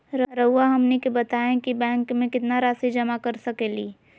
रहुआ हमनी के बताएं कि बैंक में कितना रासि जमा कर सके ली?